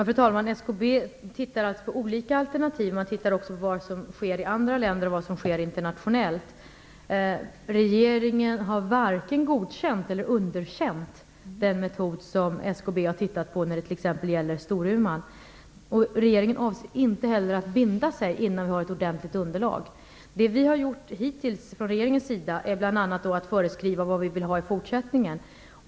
Fru talman! SKB ser på olika alternativ och ser också på vad som sker internationellt. Regeringen har varken godkänt eller underkänt den metod som SKB har tittat på när det gäller t.ex. Storuman. Regeringen avser inte heller att binda sig innan det finns ett ordentligt underlag. Det vi från regeringen hittills har gjort är bl.a. att vi har föreskrivit vad vi vill ha i fortsättningen.